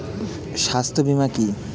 স্বাস্থ্য বীমা কি?